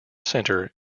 center